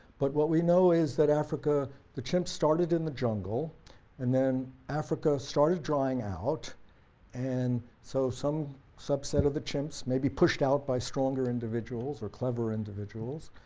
but what we know is that africa the chimps started in the jungle and then africa started drying out and so some subset of the chimps, maybe pushed out by stronger individuals or clever individuals,